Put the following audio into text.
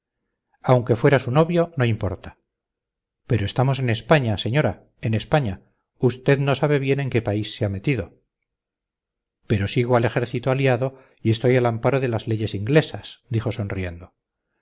aunque fuera su novio no importa pero estamos en españa señora en españa usted no sabe bien en qué país se ha metido pero sigo al ejército aliado y estoy al amparo de las leyes inglesas dijo sonriendo